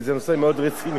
כי זה נושא מאוד רציני.